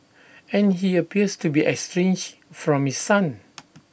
and he appears to be estranged from his son